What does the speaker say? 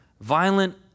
violent